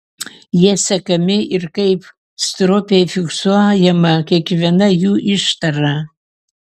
jie sekami ir kaip stropiai fiksuojama kiekviena jų ištara